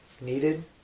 needed